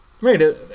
right